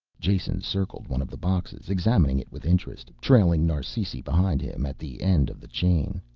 jason circled one of the boxes, examining it with interest, trailing narsisi behind him at the end of the chain.